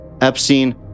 Epstein